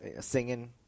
singing